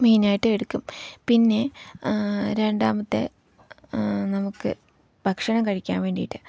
മെയിനായിട്ട് എടുക്കും പിന്നെ രണ്ടാമത്തെ നമുക്ക് ഭക്ഷണം കഴിക്കാൻ വേണ്ടിയിട്ട്